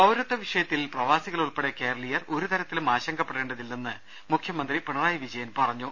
പൌരത്വ വിഷയത്തിൽ പ്രവാസികളുൾപ്പടെ കേരളീയർ ഒരു തരത്തിലും ആശങ്കപ്പെടേണ്ടതില്ലെന്ന് മുഖ്യമന്ത്രി പിണറായി വിജയൻ പറഞ്ഞു